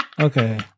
Okay